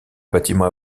bâtiment